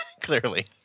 clearly